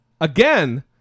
Again